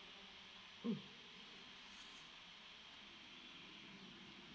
mm